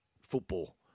football